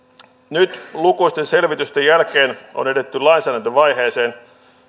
nyt lukuisten selvitysten jälkeen on on edetty lainsäädäntövaiheeseen